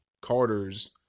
Carter's